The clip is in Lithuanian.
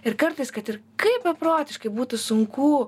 ir kartais kad ir kaip beprotiškai būtų sunku